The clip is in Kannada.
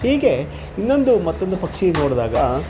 ಹೀಗೆ ಇನ್ನೊಂದು ಮತ್ತೊಂದು ಪಕ್ಷಿ ನೋಡಿದಾಗ